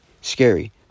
scary